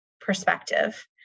perspective